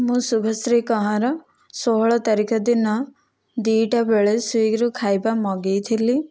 ମୁଁ ଶୁଭଶ୍ରୀ କହଁର ଷୋହଳ ତାରିଖ ଦିନ ଦୁଇଟା ବେଳେ ସ୍ଵିଗିରୁ ଖାଇବା ମଗେଇଥିଲି